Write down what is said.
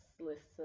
listen